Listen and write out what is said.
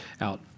out